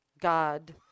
God